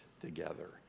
together